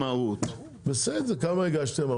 בסדר, כמה הגשתם?